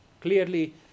Clearly